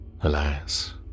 alas